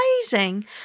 amazing